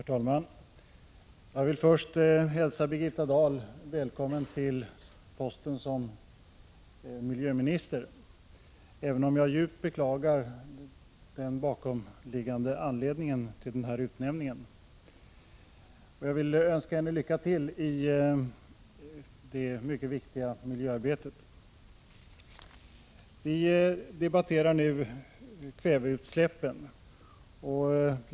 Herr talman! Jag vill först hälsa Birgitta Dahl välkommen till posten som miljöminister, även om jag djupt beklagar den bakomliggande anledningen till den här utnämningen. Jag vill önska henne lycka till i det mycket viktiga miljöarbetet. Vi debatterar nu kväveutsläppen.